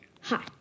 Hi